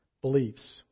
beliefs